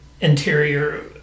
Interior